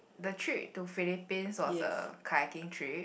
the trip to Philippines was a kayaking trip